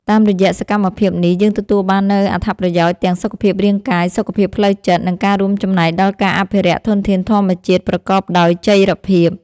តាមរយៈសកម្មភាពនេះ យើងទទួលបាននូវអត្ថប្រយោជន៍ទាំងសុខភាពរាងកាយ សុខភាពផ្លូវចិត្ត និងការរួមចំណែកដល់ការអភិរក្សធនធានធម្មជាតិប្រកបដោយចីរភាព។